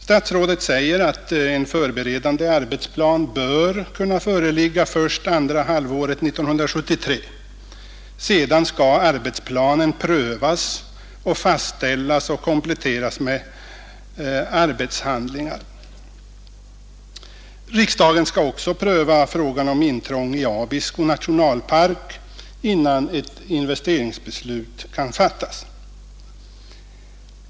Statsrådet säger att ”en förberedande arbetsplan bör kunna föreligga först andra halvåret 1973”. Sedan skall arbetsplanen prövas, fastställas och kompletteras med arbetshandlingar. Riksdagen skall också pröva frågan om intrång i Abisko nationalpark innan ett investeringsbeslut kan fattas.